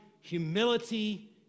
humility